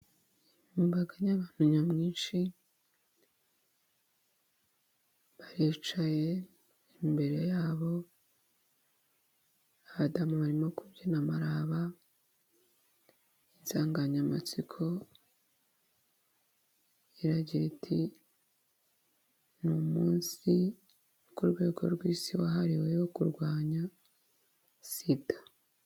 Imbaga y'abantu nyamwinshi, baricaye, imbere yabo abadamu barimo kubyina amaraba, insanganyamatsiko iragira iti:"Ni umunsi ku rwego rw'isi wahariweho kurwanya SIDA."